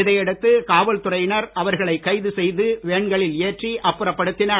இதையடுத்து காவல்துறையினர் அவர்களை கைது செய்து வேன்களில் ஏற்றி அப்புறப்படுத்தினர்